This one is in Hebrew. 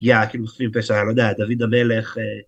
יא, כאילו סביב פשע, לא יודע, דוד הבלך...